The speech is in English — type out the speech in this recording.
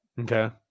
Okay